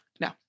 No